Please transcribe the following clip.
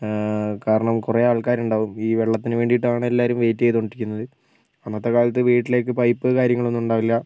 കാരണം കുറെ ആൾക്കാർ ഉണ്ടാകും ഈ വെള്ളത്തിന് വെള്ളത്തിന് വേണ്ടിയിട്ടാണ് എല്ലാവരും വെയിറ്റ് ചെയ്തുകൊണ്ടിരിക്കുന്നത് അന്നത്തെ കാലത്ത് വീട്ടിലേക്ക് പൈപ്പ് കാര്യങ്ങളൊന്നും ഉണ്ടാകില്ല